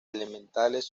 elementales